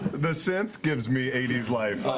the synth gives me eighty s life